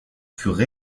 furent